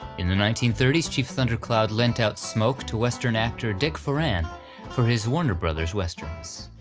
in the nineteen thirty s chief thundercloud lent out smoke to western actor dick foran for his warner bros westerns.